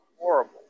horrible